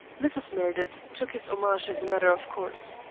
mrs. meredith took his homage as a matter of course.